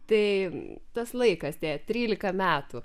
tai tas laikas tie trylika metų